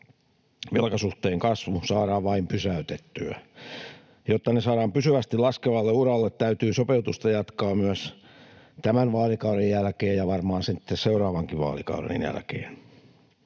velkasuhteen kasvu saadaan vain pysäytettyä. Jotta ne saadaan pysyvästi laskevalle uralle, täytyy sopeutusta jatkaa myös tämän vaalikauden jälkeen ja varmaan sitten seuraavankin vaalikauden jälkeen.